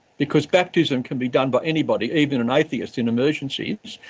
because baptism can be done by anybody. even an atheist in emergencies.